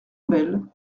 bayle